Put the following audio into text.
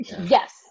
Yes